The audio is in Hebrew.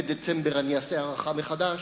בדצמבר אני אעשה הערכה מחדש.